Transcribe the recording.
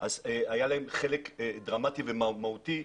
היה להם חלק דרמטי ומהותי.